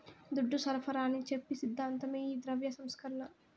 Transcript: దుడ్డు సరఫరాని చెప్పి సిద్ధాంతమే ఈ ద్రవ్య సంస్కరణ